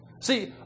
See